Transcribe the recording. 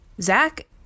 Zach